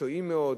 מקצועיים מאוד,